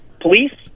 police